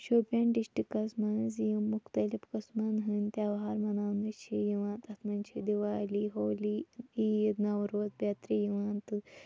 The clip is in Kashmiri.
شُوپین ڈِسٹِرکَس منٛز یِم مُختلِف قٕسمَن ہٕنٛدۍ تہوار مناونہٕ چھِ یِوان تَتھ منٛز چھِ دیوالی ہولی عیٖد نوروز بیترِ یِوان تہٕ